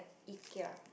Ikea